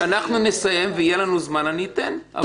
כשאנחנו נסיים ויהיה לנו זמן אני אתן.